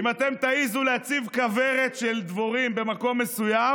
אם אתם תעזו להציב כוורת של דבורים במקום מסוים,